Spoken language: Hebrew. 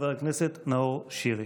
חבר הכנסת נאור שירי.